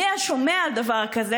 מי היה שומע על דבר כזה?